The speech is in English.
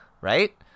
right